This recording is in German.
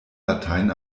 latein